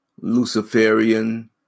Luciferian